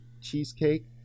cheesecake